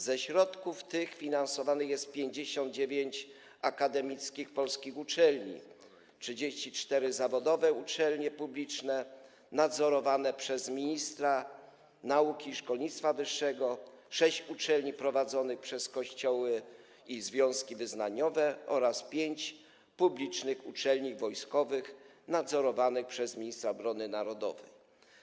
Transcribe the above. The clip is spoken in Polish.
Ze środków tych finansuje się 59 akademickich polskich uczelni, 34 zawodowe uczelnie publiczne nadzorowane przez ministra nauki i szkolnictwa wyższego, sześć uczelni prowadzonych przez Kościoły i związki wyznaniowe oraz pięć publicznych uczelni wojskowych nadzorowanych przez ministra obrony narodowej.